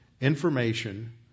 information